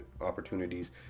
opportunities